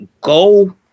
Go